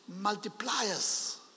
multipliers